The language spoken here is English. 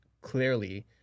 clearly